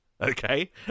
Okay